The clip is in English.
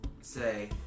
say